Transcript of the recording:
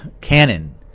Cannon